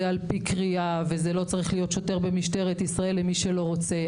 זה על פי קריאה ולא צריך להיות שוטר במשטרת ישראל למי שלא רוצה,